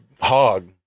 hog